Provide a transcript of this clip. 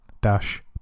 dash